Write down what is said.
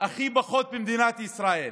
הכי פחות במדינת ישראל,